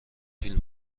فیلم